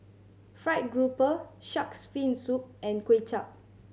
fried grouper Shark's Fin Soup and Kuay Chap